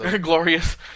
Glorious